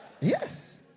Yes